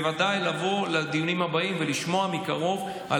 לבוא לדיונים הבאים ולשמוע מקרוב על